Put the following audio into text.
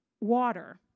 water